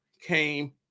came